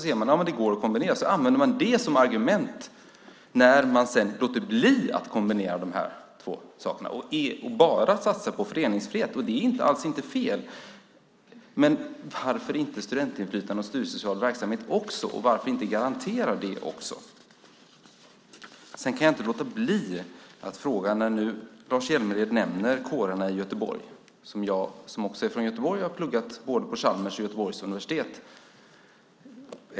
Sedan används det som argument när man låter bli att kombinera de två sakerna och bara satsar på föreningsfrihet. Det är inte fel, men varför inte garantera studentinflytande och studiesocial verksamhet också? Jag kan inte låta bli att ställa en fråga, nu när Lars Hjälmered nämner kårerna i Göteborg. Jag som också är från Göteborg har pluggat på både Chalmers och Göteborgs universitet.